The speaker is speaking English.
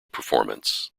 performance